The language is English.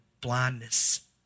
blindness